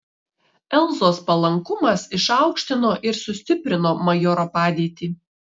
elzos palankumas išaukštino ir sustiprino majoro padėtį